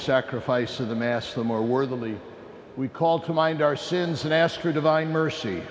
sacrifice of the mass the more worldly we call to mind our sins and ask for divine mercy